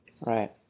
Right